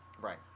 Right